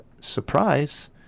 Surprise